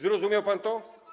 Zrozumiał pan to?